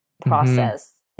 process